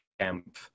camp